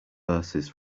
verses